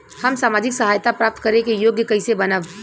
हम सामाजिक सहायता प्राप्त करे के योग्य कइसे बनब?